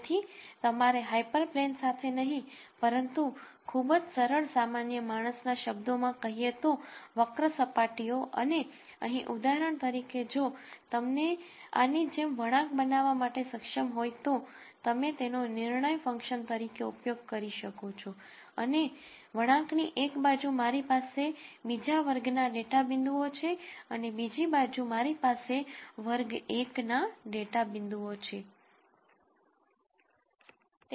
તેથી તમારે હાયપરપ્લેન સાથે નહીં પરંતુ ખૂબ જ સરળ સામાન્ય માણસ ના શબ્દો માં કહીએ તો વક્ર સપાટીઓ અને અહીં ઉદાહરણ તરીકે જો તમે આની જેમ વળાંક બનાવવા માટે સક્ષમ હોય તો તમે તેનો નિર્ણય ફંક્શન તરીકે ઉપયોગ કરી શકો છો અને અને વણાંક ની એક બાજુ મારી પાસે બીજા વર્ગ ના ડેટા બિંદુઓ છે અને બીજી બાજુ મારી પાસે વર્ગ 1 ના ડેટા બિંદુઓ છે